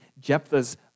Jephthah's